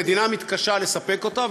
המדינה מתקשה לספק אותה,